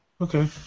Okay